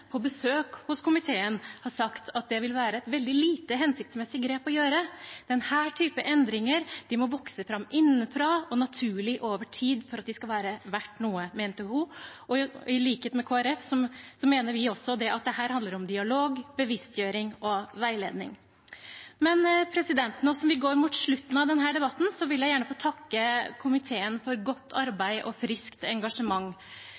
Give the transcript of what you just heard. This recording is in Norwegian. på besøk hos komiteen, har sagt at det vil være et veldig lite hensiktsmessig grep å gjøre. Denne typen endringer må vokse fram innenfra og naturlig over tid for at de skal være verdt noe, mente hun. Dette er i likhet med Kristelig Folkeparti, for vi mener også at dette handler om dialog, bevisstgjøring og veiledning. Nå som vi går mot slutten av debatten, vil jeg gjerne få takke komiteen for godt arbeid og friskt engasjement.